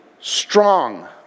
Strong